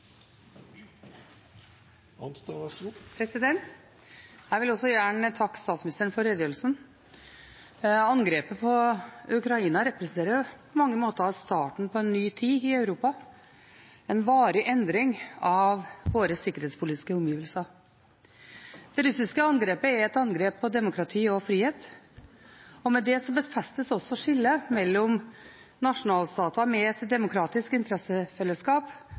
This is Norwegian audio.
Jeg vil også takke statsministeren for redegjørelsen. Angrepet på Ukraina representerer på mange måter starten på en ny tid i Europa, en varig endring av våre sikkerhetspolitiske omgivelser. Det russiske angrepet er et angrep på demokrati og frihet og med det befestes også skillet mellom nasjonalstater med et demokratisk interessefellesskap